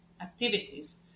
activities